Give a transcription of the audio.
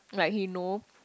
like he know